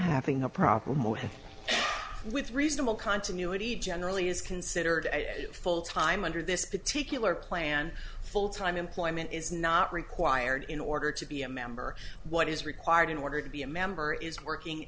having a problem with reasonable continuity generally is considered a full time under this particular plan full time employment is not required in order to be a member what is required in order to be a member is working